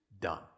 done